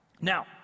Now